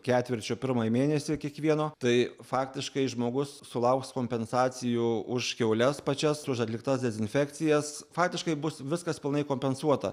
ketvirčio pirmąjį mėnesį kiekvieno tai faktiškai žmogus sulauks kompensacijų už kiaules pačias už atliktas dezinfekcijas faktiškai bus viskas pilnai kompensuota